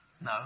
No